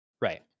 Right